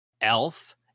Elf